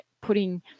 putting